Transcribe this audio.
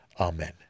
amen